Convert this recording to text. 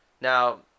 Now